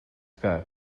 que